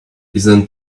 isn’t